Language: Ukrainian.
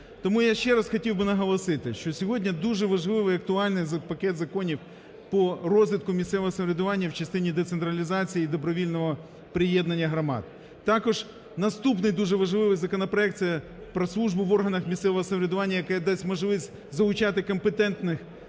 Тому я ще раз хотів би наголосити, що сьогодні дуже актуальний і важливий пакет законів по розвитку місцевого самоврядування у частині децентралізації і добровільного приєднання громад. Також наступний дуже важливий законопроект – це про службу в органах місцевого самоврядування, яке дасть можливість залучати компетентних